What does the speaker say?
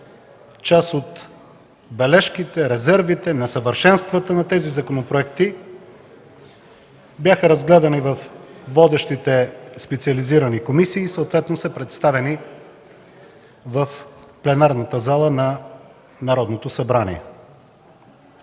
част от бележките, резервите и несъвършенствата им, бяха разгледани във водещите специализирани комисии и съответно са представени в пленарната зала на Народното събрание.